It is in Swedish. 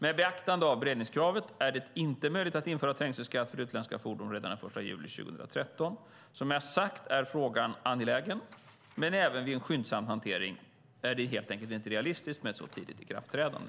Med beaktande av beredningskravet är det inte möjligt att införa trängselskatt för utländska fordon redan den 1 juli 2013. Som jag har sagt är frågan angelägen, men även vid en skyndsam hantering är det helt enkelt inte realistiskt med ett så tidigt ikraftträdande.